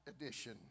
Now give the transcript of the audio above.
edition